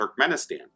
Turkmenistan